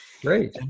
great